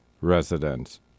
residents